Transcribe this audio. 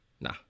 Nah